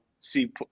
see